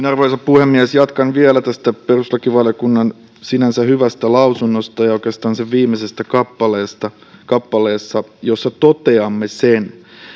arvoisa puhemies jatkan vielä tästä perustuslakivaliokunnan sinänsä hyvästä lausunnosta ja oikeastaan sen viimeisestä kappaleesta kappaleesta jossa toteamme